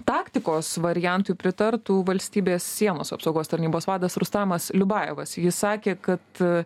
taktikos variantui pritartų valstybės sienos apsaugos tarnybos vadas rustanas liubajevas jis sakė kad